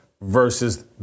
versus